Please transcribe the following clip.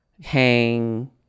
Hang